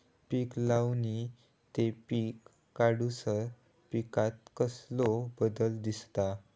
पीक लावणी ते पीक काढीसर पिकांत कसलो बदल दिसता?